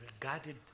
regarded